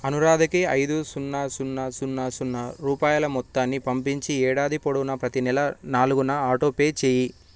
అనురాధకి ఐదు సున్నా సున్నా సున్నా సున్నా రూపాయల మొత్తాన్ని పంపించి ఏడాది పొడవునా ప్రతీ నెల నాలుగున ఆటోపే చేయి